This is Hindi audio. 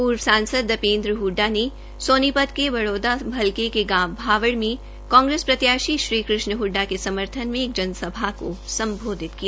पर्व सांसद दीपेन्द्र हडडा ने सोनीपत के बड़ौदा हलके के गांव भावड़ से कांग्रेस प्रत्याशी श्रीकृष्ण के समर्थन में एक जनसभा को सम्बोधित किया